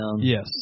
Yes